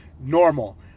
normal